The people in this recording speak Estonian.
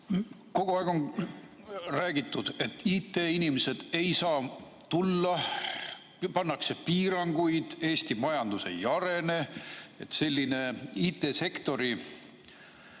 Kogu aeg on räägitud, et IT-inimesed ei saa tulla, pannakse piiranguid, Eesti majandus ei arene. Selline IT-sektori